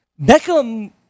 Beckham